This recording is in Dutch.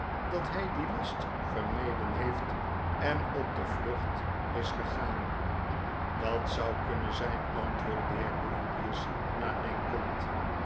dat hy dien last vermeden heeft en op de vlucht is gegaan dat zou kunnen zyn antwoordde de heer grewgious nadenkend